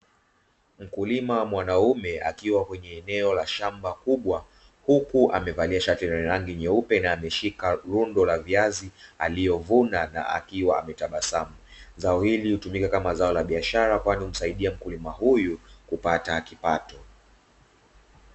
Mkulima mwanaume akiwa kwenye eneo la shamba kubwa, huku amevalia shati lake nyeupe, na ameshika lundo la viazi aliovuna na akiwa ametabasamu, zao hili hutumika kama zao na biashara kwani msaidie mkulima huyu kupata kipato.